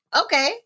Okay